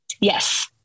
yes